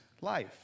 life